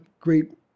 great